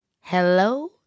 Hello